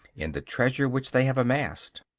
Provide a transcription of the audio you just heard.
in the treasure which they have amassed.